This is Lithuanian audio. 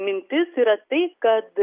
mintis yra tai kad